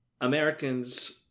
Americans